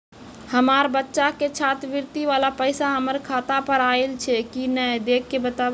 हमार बच्चा के छात्रवृत्ति वाला पैसा हमर खाता पर आयल छै कि नैय देख के बताबू?